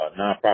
nonprofit